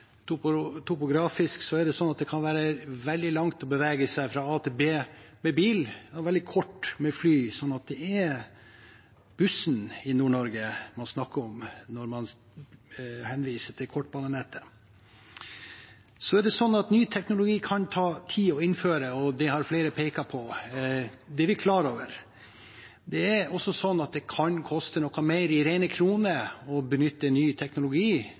dette. Topografisk er det sånn at det kan være veldig langt å bevege seg fra a til b med bil og veldig kort med fly, så det er bussen i Nord-Norge man snakker om når man henviser til kortbanenettet. Ny teknologi kan ta tid å innføre, og det har flere pekt på. Det er vi klar over. Det kan koste noe mer i rene kroner å benytte ny teknologi